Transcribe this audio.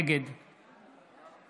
נגד